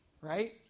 right